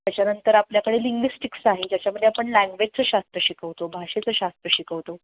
त्याच्यानंतर आपल्याकडे लिंगिस्टिक्स आहे ज्याच्यामध्ये आपण लँग्वेजचं शास्त्र शिकवतो भाषेचं शास्त्र शिकवतो